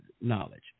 knowledge